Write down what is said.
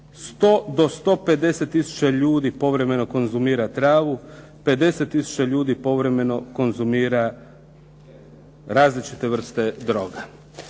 100 do 150 tisuća ljudi povremeno konzumira travu, 50 tisuća ljudi povremeno konzumira različite vrste droga.